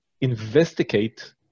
Investigate